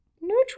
neutral